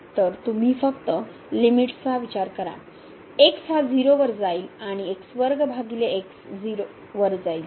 तर तुम्ही फक्त लिमिट चा विचार करा x हा 0 वर जाईल आणि भागिले वर जाईल